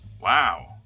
Wow